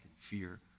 fear